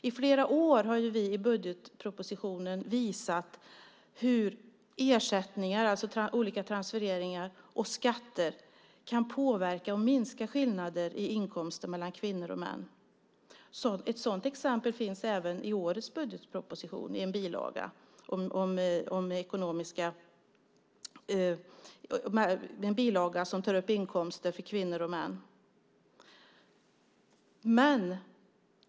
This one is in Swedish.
I flera år har vi i budgetpropositionen visat hur ersättningar, alltså olika transfereringar, och skatter kan påverka och minska skillnader i inkomster mellan kvinnor och män. Ett sådant exempel finns även i årets budgetproposition, i en bilaga som tar upp inkomster för kvinnor och män.